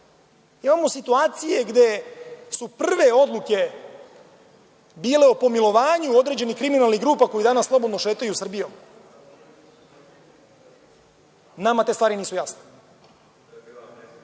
dela. Imamo situacije gde su prve odluke bile o pomilovanju određenih kriminalnih grupa koje danas slobodno šetaju Srbijom. Nama te stvari nisu